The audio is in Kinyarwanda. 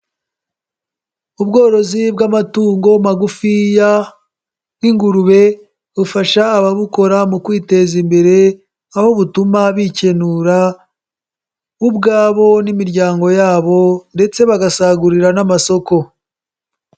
Ubworozi bw'amatungo magufiya nk'ingurube bufasha ababukora mu kwiteza imbere aho butuma bikenura bo ubwabo n'imiryango yabo ndetse bagasagurira n'amasoko.